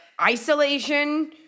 isolation